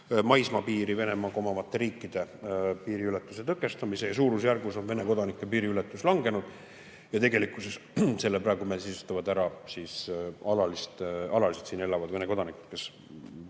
maismaapiiri omavate riikide piiriületuse tõkestamise. Suurusjärgus on Vene kodanike piiriületus vähenenud ja tegelikkuses selle praegu meil sisustavad ära alaliselt siin elavad Vene kodanikud, kes